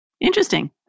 interesting